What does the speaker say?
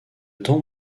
temps